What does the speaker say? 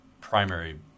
primary